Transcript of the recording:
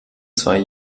zwei